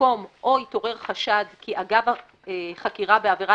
במקום "או התעורר חשד כי אגב חקירה בעבירה